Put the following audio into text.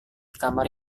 kamar